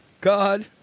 God